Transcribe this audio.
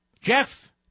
Jeff